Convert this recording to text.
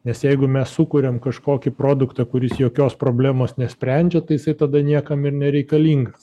nes jeigu mes sukuriam kažkokį produktą kuris jokios problemos nesprendžia tai jisai tada niekam ir nereikalingas